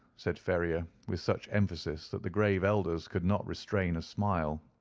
said ferrier, with such emphasis that the grave elders could not restrain a smile.